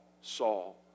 Saul